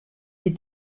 les